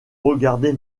regarder